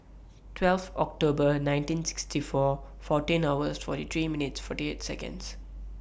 twelve October nineteen sixty four fourteen hours forty three minutes forty eight Seconds